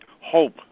hope